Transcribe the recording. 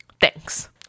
thanks